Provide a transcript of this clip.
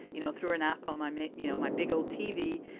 you know, through an app, on my make you know, my big old tv.